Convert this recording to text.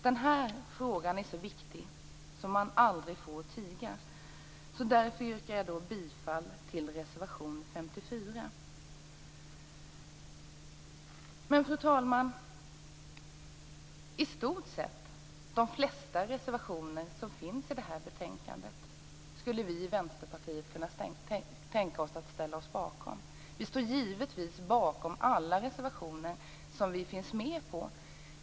Den här frågan är så viktig att man aldrig får tiga. Därför yrkar jag bifall till reservation 54. Fru talman! Vi i Vänsterpartiet skulle kunna tänka oss att ställa oss bakom i stort sett de flesta reservationerna i detta betänkande. Givetvis står vi bakom alla reservationer som vi har undertecknat.